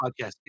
podcast